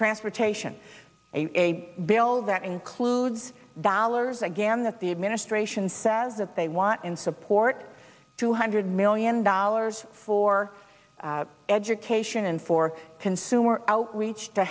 transportation a bill that includes dollars again that the administration says that they want in support two hundred million dollars for education and for consumer outreach to